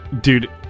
Dude